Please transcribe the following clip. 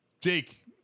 Jake